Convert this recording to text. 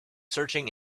searching